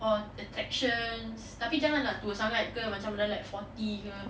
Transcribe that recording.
or attractions tapi jangan lah tua sangat ke macam like forty ke